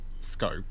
scope